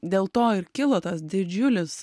dėl to ir kilo tas didžiulis